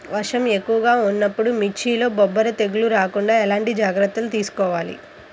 వర్షం ఎక్కువగా ఉన్నప్పుడు మిర్చిలో బొబ్బర తెగులు రాకుండా ఎలాంటి జాగ్రత్తలు తీసుకోవాలి?